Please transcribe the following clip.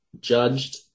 judged